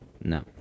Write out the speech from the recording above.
No